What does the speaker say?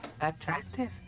Attractive